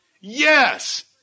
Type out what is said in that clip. Yes